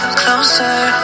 closer